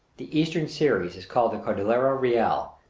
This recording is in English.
the eastern series is called the cordillera real,